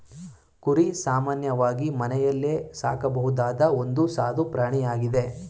ಕುರಿ ಸಾಮಾನ್ಯವಾಗಿ ಮನೆಯಲ್ಲೇ ಸಾಕಬಹುದಾದ ಒಂದು ಸಾದು ಪ್ರಾಣಿಯಾಗಿದೆ